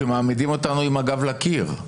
שמעמידים אותנו עם הגב לקיר,